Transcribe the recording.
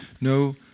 no